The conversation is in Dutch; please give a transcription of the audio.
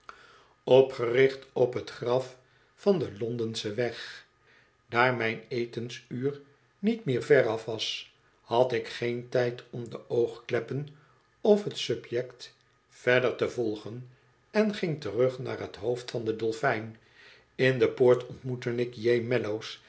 opgericht op t graf van den londenschen weg daar mijn etensuur niet meer veraf was had ik geen tijd om de oogkleppen of t subject verder te volgen en ging terug naar t hoofd van den dolfijn in de poort ontmoette ik j mellows